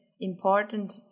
important